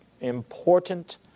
important